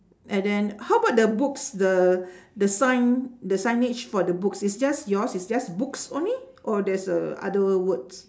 and then how about the books the the sign the signage for the books is just yours is just books only or there's uh other words